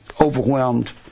overwhelmed